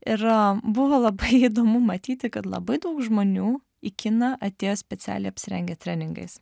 ir buvo labai įdomu matyti kad labai daug žmonių į kiną atėjo specialiai apsirengę treningais